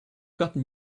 gotten